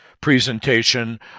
presentation